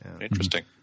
interesting